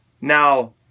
now